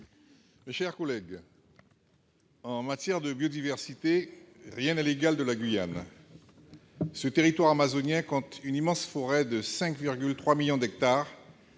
mes chers collègues, en matière de biodiversité, rien n'égale la Guyane. Ce territoire amazonien compte une immense forêt de 5,3 millions d'hectares